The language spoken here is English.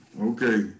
Okay